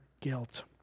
guilt